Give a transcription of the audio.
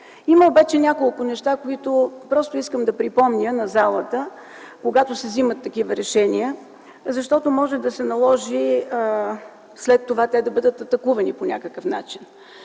Има обаче няколко неща, които просто искам да припомня на залата, когато се вземат такива решения, защото може да се наложи след това те да бъдат атакувани по някакъв начин,